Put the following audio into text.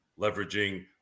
leveraging